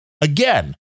again